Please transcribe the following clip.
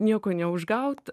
nieko neužgaut